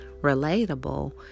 relatable